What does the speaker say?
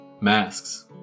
masks